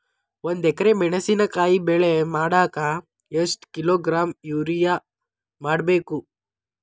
ಒಂದ್ ಎಕರೆ ಮೆಣಸಿನಕಾಯಿ ಬೆಳಿ ಮಾಡಾಕ ಎಷ್ಟ ಕಿಲೋಗ್ರಾಂ ಯೂರಿಯಾ ಹಾಕ್ಬೇಕು?